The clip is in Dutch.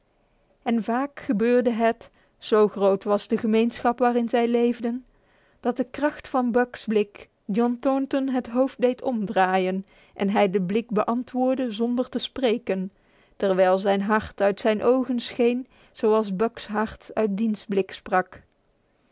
en vaak gebeurde het zo groot was de gemeenschap waarin zij leefden dat de kracht van buck's blik john thornton het hoofd deed omdraaien en hij de blik beantwoordde zonder te spreken terwijl zijn hart uit zijn ogen scheen zoals buck's hart uit diens blik sprak